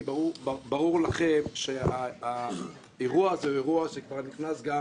כי ברור לכם שהאירוע הזה הוא אירוע שכבר נכנס גם